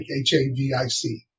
H-A-V-I-C